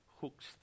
Hooks